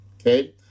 Okay